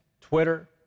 twitter